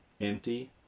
empty